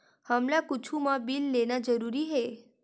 हमला कुछु मा बिल लेना जरूरी हे?